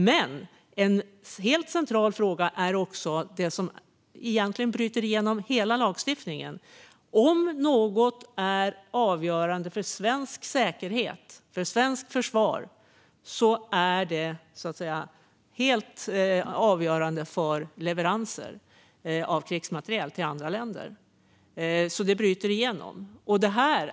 Men en helt central fråga är också det som egentligen bryter igenom hela lagstiftningen: Om något är avgörande för svensk säkerhet och svenskt försvar är det också helt avgörande för leveranser av krigsmateriel till andra länder.